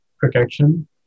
protection